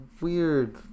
weird